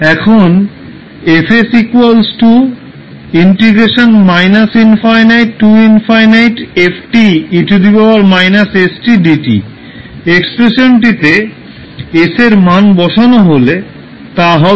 এখন এক্সপ্রেশনটিতে s এর মান বসানো হলে তা হবে